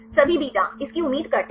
सभी बीटा इसकी उम्मीद करते हैं